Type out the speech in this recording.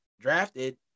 drafted